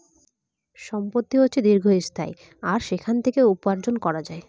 সম্পত্তি হচ্ছে দীর্ঘস্থায়ী আর সেখান থেকে উপার্জন করা যায়